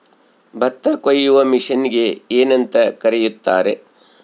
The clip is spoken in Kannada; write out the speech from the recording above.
ಭತ್ತ ಕೊಯ್ಯುವ ಮಿಷನ್ನಿಗೆ ಏನಂತ ಕರೆಯುತ್ತಾರೆ?